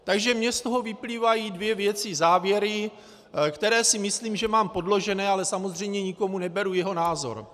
Takže mně z toho vyplývají dvě věci, závěry, které si myslím, že mám podložené, ale samozřejmě nikomu neberu jeho názor.